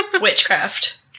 Witchcraft